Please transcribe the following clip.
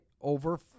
over